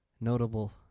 Notable